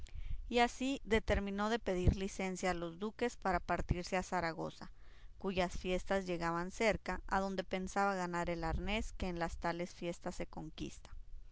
y así determinó de pedir licencia a los duques para partirse a zaragoza cuyas fiestas llegaban cerca adonde pensaba ganar el arnés que en las tales fiestas se conquista